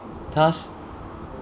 does